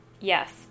Yes